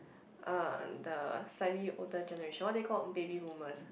uh the slightly older generation what are they called baby boomers